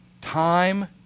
Time